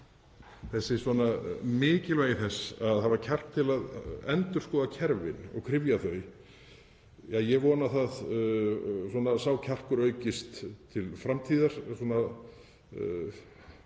Mikilvægi þess að hafa kjark til að endurskoða kerfið og kryfja þau — ég vona að sá kjarkur aukist til framtíðar